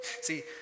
See